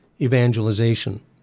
evangelization